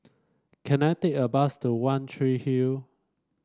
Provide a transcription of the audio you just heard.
can I take a bus to One Tree Hill